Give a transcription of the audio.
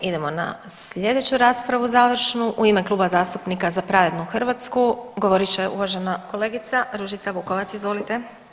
Idemo na slijedeću raspravu završnu, u ime Kluba zastupnika Za pravednu Hrvatsku govorit će uvažena kolegica Ružica Vukovac, izvolite.